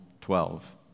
twelve